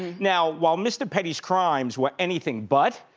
now while mr. petty's crimes were anything but,